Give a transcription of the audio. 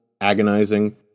agonizing